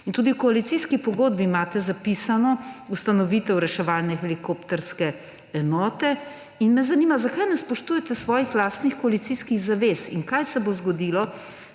Tudi v koalicijski pogodbi imate zapisano ustanovitev reševalne helikopterske enote. Zanima me: Zakaj ne spoštujete svojih lastnih koalicijskih zavez? Kaj se bo zgodilo